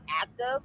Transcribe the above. active